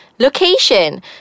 location